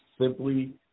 simply